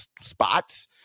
spots